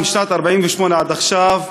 משנת 1948 עד עכשיו,